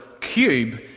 cube